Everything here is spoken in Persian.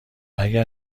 اگر